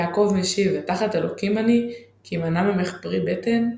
יעקב משיב "התחת אלוהים אני כי מנע ממך פרי בטן"?